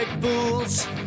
fools